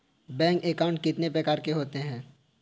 Bank account कितने प्रकार के होते हैं?